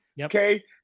okay